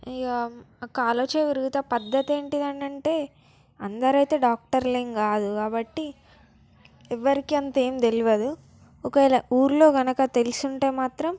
ఇంక కాలో చెయ్యో విరిగితే పద్దతి ఏంటి అనంటే అందరూ అయితే డాక్టార్లేం కాదు కాబట్టీ ఎవ్వరికీ అంత ఏం తెలియదు ఒకవేళ ఊర్లో కనక తెలిసి వుంటే మాత్రం